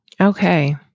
Okay